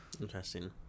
Interesting